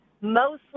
mostly